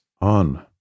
on